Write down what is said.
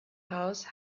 house